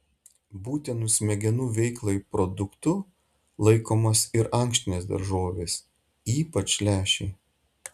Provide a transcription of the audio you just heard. būtinu smegenų veiklai produktu laikomos ir ankštinės daržovės ypač lęšiai